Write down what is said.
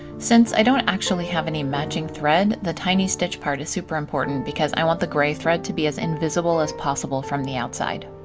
since i don't actually have any matching thread, the tiny stitch part is super important because i want the grey thread to be as invisible as possible from the outside.